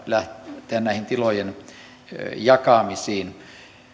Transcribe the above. lähteä näihin tilojen jakamisiin